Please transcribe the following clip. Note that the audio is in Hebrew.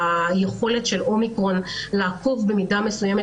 שהיכולת של אומיקרון לעקוף במידה מסוימת